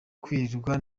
kwirirwa